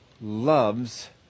loves